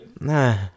Nah